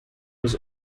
was